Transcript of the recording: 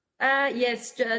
Yes